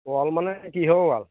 wall মানে কিহৰ wall